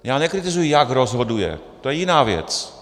Já nekritizuji, jak rozhoduje, to je jiná věc.